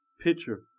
picture